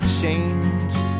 changed